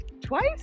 twice